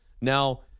Now